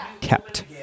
kept